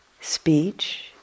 speech